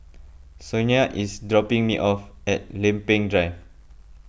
Sonia is dropping me off at Lempeng Drive